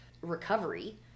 recovery